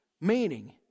meaning